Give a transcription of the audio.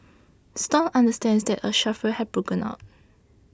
stomp understands that a scuffle had broken out